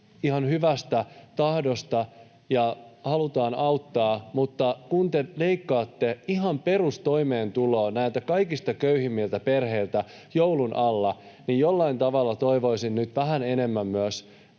ihan hyvästä tahdosta ja halutaan auttaa, mutta kun te leikkaatte ihan perustoimeentuloa näiltä kaikista köyhimmiltä perheiltä joulun alla, niin jollain tavalla toivoisin nyt vähän enemmän myös